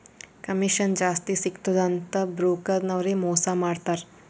commission ಜಾಸ್ತಿ ಸಿಗ್ತುದ ಅಂತ್ ಬ್ರೋಕರ್ ನವ್ರೆ ಮೋಸಾ ಮಾಡ್ತಾರ್